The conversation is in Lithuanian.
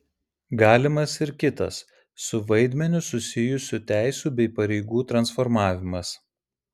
galimas ir kitas su vaidmeniu susijusių teisių bei pareigų transformavimas